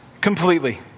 completely